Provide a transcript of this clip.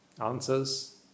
answers